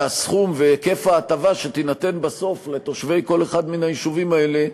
שהסכום והיקף ההטבה שתינתן בסוף לתושבי כל אחד מן היישובים האלה,